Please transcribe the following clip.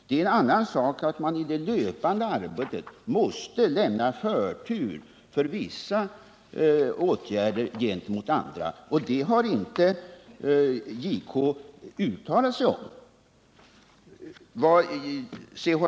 Det är en annan sak att man i det löpande arbetet måste lämna förtur för vissa åtgärder framför andra, och det har JK inte uttalat sig om. C.-H.